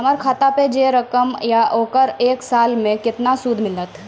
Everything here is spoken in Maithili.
हमर खाता पे जे रकम या ओकर एक साल मे केतना सूद मिलत?